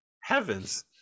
Heavens